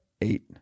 Eight